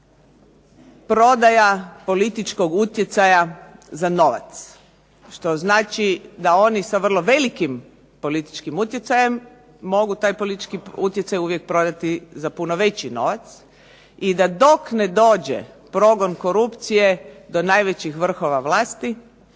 prodaje političkog utjecaja za novac, što znači da oni sa vrlo velikim političkim utjecajem mogu taj politički utjecaj prodati za puno veći novac, i da dok ne dođe progon korupcije do najvećih vrhova vlasti